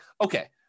okay